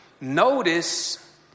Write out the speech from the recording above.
Notice